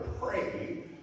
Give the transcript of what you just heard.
pray